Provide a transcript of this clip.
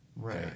Right